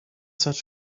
such